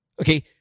Okay